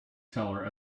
teller